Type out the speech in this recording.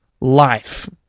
life